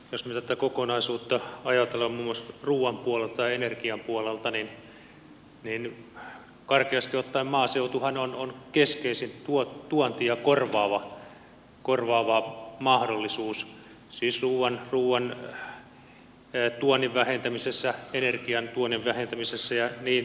jos me tätä kokonaisuutta ajattelemme muun muassa ruoan puolelta tai energian puolelta niin karkeasti ottaen maaseutuhan on keskeisin tuontia korvaava mahdollisuus siis ruoan tuonnin vähentämisessä energian tuonnin vähentämisessä ja niin poispäin